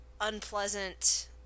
unpleasant